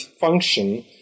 function –